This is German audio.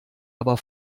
aber